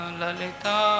lalita